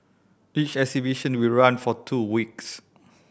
each exhibition will run for two weeks